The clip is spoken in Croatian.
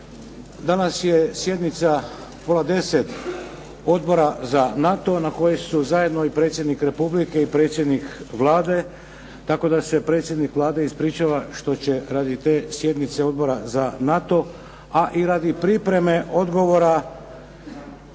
Danas je sjednica u 9,30 sati Odbora za NATO na kojoj su zajedno i predsjednik Republike i predsjednik Vlade tako da se predsjednik Vlade ispričava što će radi te sjednice Odbora za NATO a i radi pripreme odgovora